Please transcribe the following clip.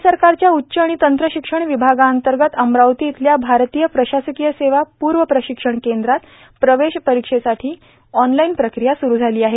राज्य सरकारच्या उच्च आणि तंत्र शिक्षण विभागांतर्गत अमरावती इथल्या भारतीय प्रशासकीय सेवा पूर्व प्रशिक्षण केंद्रात प्रवेश परीक्षेची ऑनलाईन प्रक्रिया सुरु झाली आहे